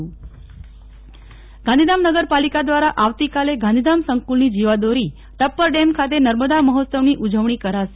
Nehal Thakkar Gandhidham Tappar dam નગર પાલિકા દ્વારા આવતીકાલે ગાંધીધામ સંકુલની જીવાદોરી ટપ્પર ડેમ ગાંધીધામ ખાતે નર્મદા મહોત્સવની ઉજવણી કરાશે